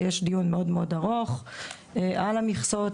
ואז יש דיון מאוד מאוד ארוך על המכסות,